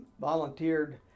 volunteered